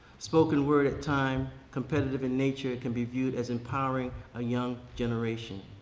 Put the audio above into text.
spoken word at time, competitive in nature, can be viewed as empowering a young generation.